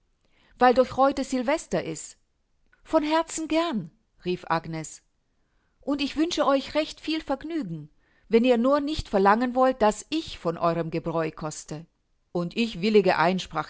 weil doch heute sylvester ist von herzen gern rief agnes und ich wünsche euch recht viel vergnügen wenn ihr nur nicht verlangen wollt daß ich von eurem gebräu koste und ich willige ein